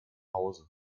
hause